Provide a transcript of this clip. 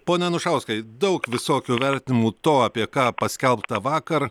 pone anušauskai daug visokių vertinimų to apie ką paskelbta vakar